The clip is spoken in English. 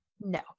No